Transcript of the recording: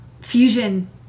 Fusion